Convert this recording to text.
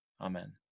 Amen